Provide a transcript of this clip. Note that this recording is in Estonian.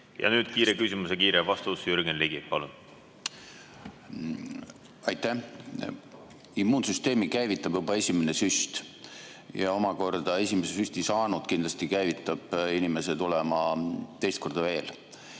Ja nüüd kiire küsimus ja kiire vastus. Jürgen Ligi, palun! Aitäh! Immuunsüsteemi käivitab juba esimene süst ja kui oled esimese süsti saanud, siis see kindlasti käivitab inimese tulema teist korda veel.